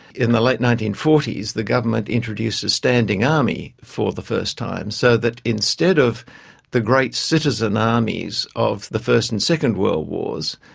in the late nineteen forty s the government introduced a standing army for the first time, so that instead of the great citizen armies of the first and second world wars,